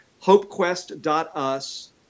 HopeQuest.us